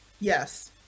Yes